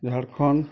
Jharkhand